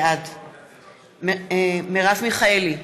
בעד מרב מיכאלי,